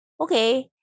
okay